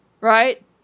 Right